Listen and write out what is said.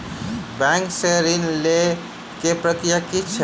Bank सऽ ऋण लेय केँ प्रक्रिया की छीयै?